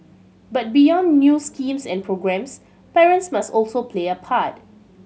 but beyond new schemes and programmes parents must also play a part